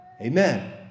Amen